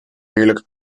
heerlijke